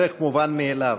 ערך מובן מאליו.